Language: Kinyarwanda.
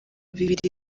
bibiri